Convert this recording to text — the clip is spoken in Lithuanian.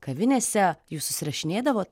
kavinėse jūs susirašinėdavote